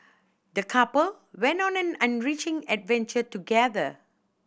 the couple went on an an enriching adventure together